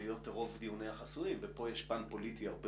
בהיות רוב דיוניה חסויים ופה יש פן פוליטי הרבה